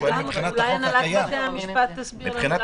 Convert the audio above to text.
אולי הנהלת בתי המשפט תסביר לנו.